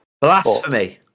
Blasphemy